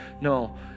No